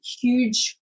huge